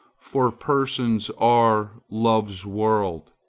for persons are love's world,